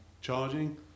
charging